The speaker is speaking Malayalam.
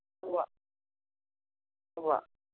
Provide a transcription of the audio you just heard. ഉവ്വ് ഉവ്വ്